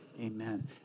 amen